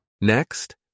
Next